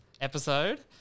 episode